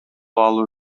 алуу